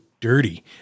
dirty